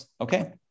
Okay